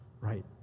right